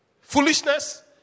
foolishness